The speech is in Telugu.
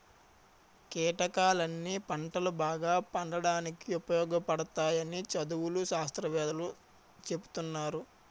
కీటకాలన్నీ పంటలు బాగా పండడానికి ఉపయోగపడతాయని చదువులు, శాస్త్రవేత్తలూ సెప్తున్నారు